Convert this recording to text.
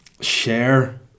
share